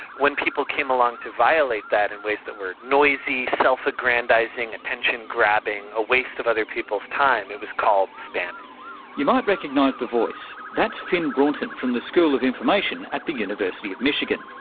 when people came along to violate that in ways that were noisy, self aggrandising, attention grabbing, a waste of other people's time, it was called spamming you might recognise the voice. that's finn brunton from the school of information at the university of michigan.